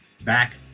back